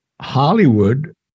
Hollywood